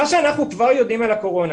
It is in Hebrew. מה שאנחנו כבר יודעים על הקורונה